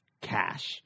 cash